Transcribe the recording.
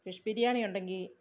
fish biryani ഉണ്ടെങ്കില്